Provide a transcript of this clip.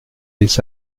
les